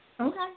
Okay